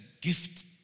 gift